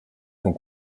sont